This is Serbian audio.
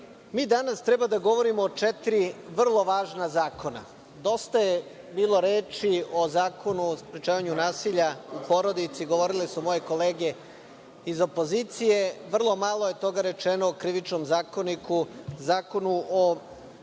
mi danas treba da govorimo o četiri vrlo važna zakona. Dosta je bilo reči o zakonu o sprečavanju nasilja u porodici, govorile su moje kolege iz opozicije, vrlo malo je toga rečeno o Krivičnom zakoniku, Zakonu o